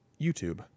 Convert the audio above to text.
YouTube